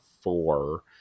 four